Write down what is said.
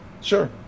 Sure